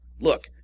Look